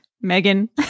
Megan